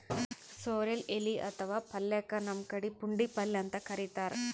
sorrel ಎಲಿ ಅಥವಾ ಪಲ್ಯಕ್ಕ್ ನಮ್ ಕಡಿ ಪುಂಡಿಪಲ್ಯ ಅಂತ್ ಕರಿತಾರ್